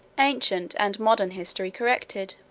ancient and modern history corrected.